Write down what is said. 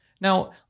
Now